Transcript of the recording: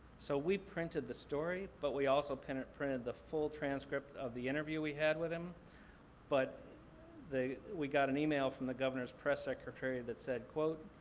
so we printed the story but we also printed printed the full transcript of the interview we had with him but we got an email from the governor's press secretary that said, quote,